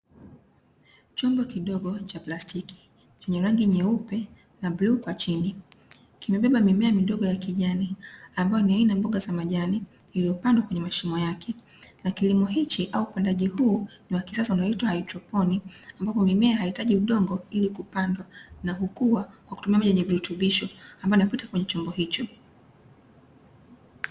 Chombo kidogo cha plastiki chenye rangi nyeupe na bluu kwa chini, kimebeba mimea midogo ya kijani, ambayo ni aina ya mboga za majani iliyopandwa kwenye mashimo yake. Na kilimo hichi au upandaji huu ni wa kisasa unaoitwa haidroponi, ambapo mimea haihitaji udongo ili kupandwa, na hukua kwa kutumia maji yenye virutubisho, ambayo yanapita kwenye chombo hicho.